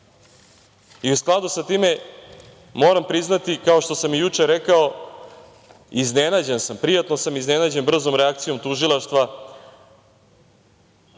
skladu sa tim, moram priznati, kao što sam i juče rekao, iznenađen sam, prijatno sam iznenađen brzom reakcijom tužilaštva